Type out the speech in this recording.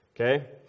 Okay